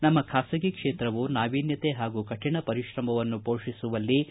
ನಮ್ಮ ಬಾಸಗಿ ಕ್ಷೇತ್ರವು ನಾವೀನ್ಯತೆ ಹಾಗೂ ಕಠಿಣ ಪರಿಶ್ರಮವನ್ನು ಹೋಷಿಸುವಲ್ಲಿ ಜೊತೆಯಾಗಿದೆ